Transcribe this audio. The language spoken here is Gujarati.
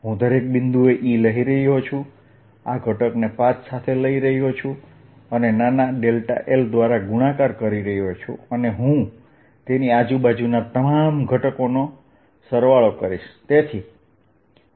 હું દરેક બિંદુએ E લઈ રહ્યો છું આ ઘટકને પાથ સાથે લઈ રહ્યો છું અને નાના l દ્વારા ગુણાકાર કરું છું અને અને હું તેની આજુબાજુના તમામ ઘટકો નો સરવાળો કરીશ